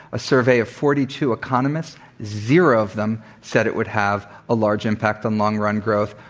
a survey of forty two economists zero of them said it would have a large impact on long-run growth,